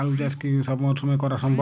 আলু চাষ কি সব মরশুমে করা সম্ভব?